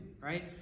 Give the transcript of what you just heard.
right